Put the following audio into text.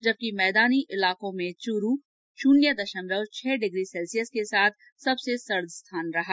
जबकि मैदानी इलाकों में चूरू शून्य दशमलव छह डिग्री सैल्सियस के साथ सबसे सर्द स्थान रहा